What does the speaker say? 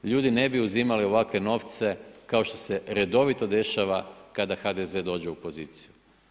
Ljudi ne bi uzimali ovakve novce kao što se redovito dešava kada HDZ dođe u poziciju.